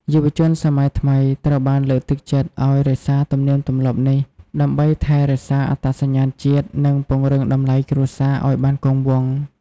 យុវជនសម័យថ្មីត្រូវបានលើកទឹកចិត្តឱ្យរក្សាទំនៀមទម្លាប់នេះ ដើម្បីថែរក្សាអត្តសញ្ញាណជាតិ និងពង្រឹងតម្លៃគ្រួសារឱ្យបានគង់វង្ស។